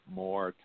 more